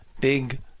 big